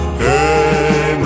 hey